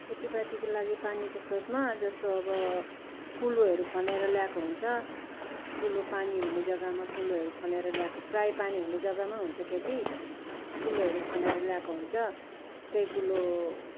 खेतीपातीको लागि पानीको स्रोतमा जस्तो अब कुलोहरू खनेर ल्याएको हुन्छ कुलो पानी हुने जग्गामा कुलोहरू खनेर ल्याएको प्रायः पानी हुने जग्गामा हुन्छ खेती कुलोहरू खनेर ल्याएको हुन्छ त्यही कुलो